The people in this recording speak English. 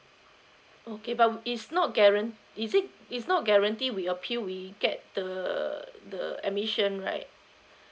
okay but is not guaran~ is it it's not guarantee we appeal we get the the uh admission right